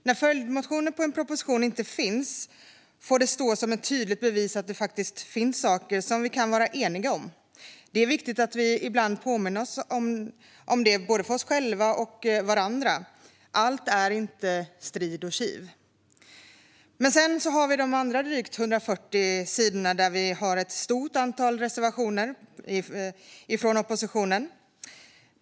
När följdmotioner på en proposition inte finns får det stå som ett tydligt bevis på att det faktiskt finns saker som vi kan vara eniga om. Det är viktigt att vi ibland påminner både oss själva och varandra om det. Allt är inte strid och kiv. Sedan har vi de andra drygt 140 sidorna, där vi har ett stort antal reservationer från oppositionen.